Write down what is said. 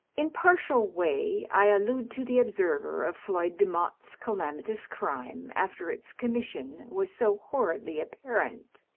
in partial way i allude to the observer of floyd demotte's calami tous crime after its commission was so horridly apparent.